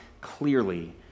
clearly